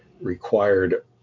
required